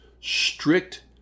strict